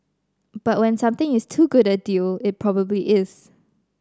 but when something is too good a deal it probably is